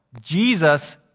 Jesus